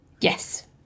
Yes